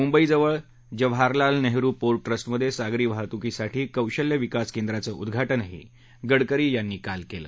मुंबई जवळ जवाहरलाल नेहरु पोर्ट ट्रस्टमधे सागरी वाहतूकीसाठी कौशल्य विकास केंद्राचं उद्घाटनही गडकरी यांनी काल केलं